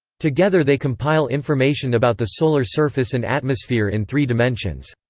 together they compile information about the solar surface and atmosphere in three dimensions.